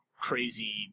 crazy